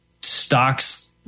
stocks